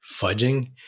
fudging